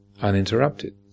uninterrupted